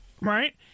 Right